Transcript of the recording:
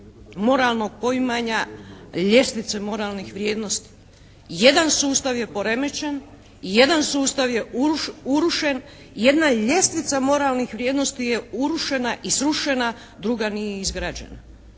moralnog poimanja, ljestvice moralnih vrijednosti. Jedan sustav je poremećen, jedan sustav je urušen, jedna ljestvica moralnih vrijednosti je urušena i srušena, druga nije izgrađena.